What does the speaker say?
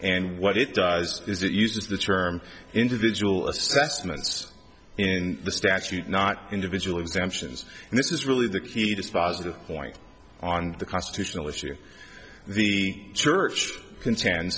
and what it does is it uses the term individual assessments in the statute not individual exemptions and this is really the key dispositive point on the constitutional issue the church conten